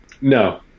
No